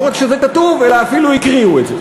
לא רק שזה כתוב, אלא אפילו הקריאו את זה.